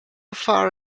far